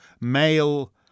male